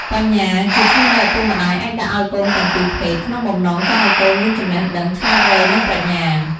បញ្ញាជាឈ្មោះដែលឪពុកម្តាយអាចដាក់ឲ្យកូនទាំងពីរភេទ ក្នុងបំណងចង់ឲ្យកូនមានចំណេះដឹង ឆ្លាតវៃ និង ប្រាជ្ញា។